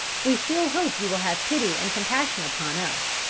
we still hope you will have pity and compassion upon us,